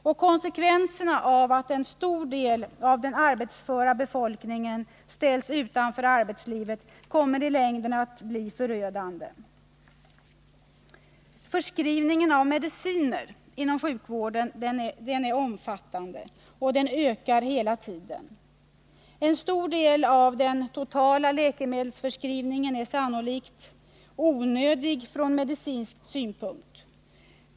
Konsekvenserna av att en stor del av den arbetsföra befolkningen ställs utanför arbetslivet kommer i längden att bli förödande. Förskrivningen av mediciner inom sjukvården är omfattande och ökar hela tiden. En stor del av den totala läkemedelsförskrivningen är sannolikt onödig från medicinsk synpunkt.